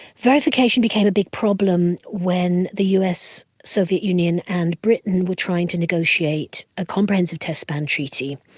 verification became a big problem when the us, soviet union and britain were trying to negotiate a comprehensive test ban treaty,